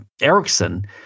Erickson